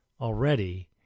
already